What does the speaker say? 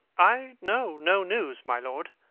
i know no news, my lord.